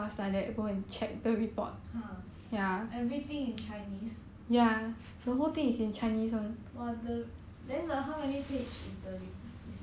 !huh! everything in chinese !wah! then then like how many page is the report is the report